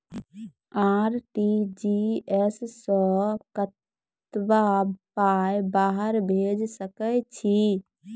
RTGS सअ कतबा पाय बाहर भेज सकैत छी?